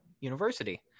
university